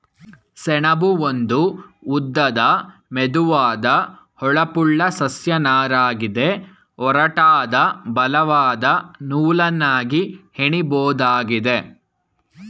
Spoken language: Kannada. ಸೆಣಬು ಒಂದು ಉದ್ದದ ಮೆದುವಾದ ಹೊಳಪುಳ್ಳ ಸಸ್ಯ ನಾರಗಿದೆ ಒರಟಾದ ಬಲವಾದ ನೂಲನ್ನಾಗಿ ಹೆಣಿಬೋದಾಗಿದೆ